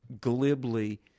glibly